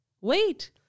Wait